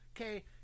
okay